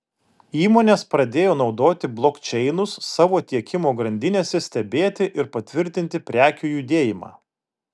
įmonės pradėjo naudoti blokčeinus savo tiekimo grandinėse stebėti ir patvirtinti prekių judėjimą